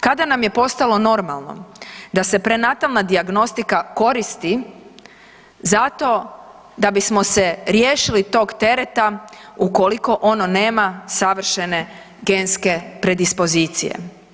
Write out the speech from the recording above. Kada nam je postalo normalno da se prenatalna dijagnostika koristi zato da bismo se riješili tog tereta ukoliko ono nema savršene genske predispozicije.